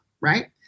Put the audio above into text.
right